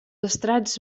estrats